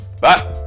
Bye